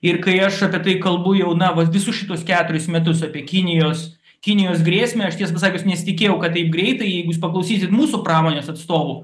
ir kai aš apie tai kalbu jau na vbisus šitus keturis metus apie kinijos kinijos grėsmę aš tiesą pasakius nesitikėjau kad taip greitai jeigu jūs paklausysit mūsų pramonės atstovų